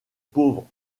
pauvres